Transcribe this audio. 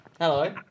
Hello